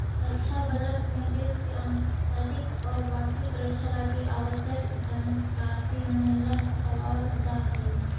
रक्षा बजट में देश के आंतरिक और बाकी सुरक्षा लगी आवश्यक धनराशि मुहैया करावल जा हई